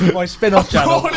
my spin-off channel. but